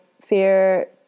fear